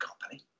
company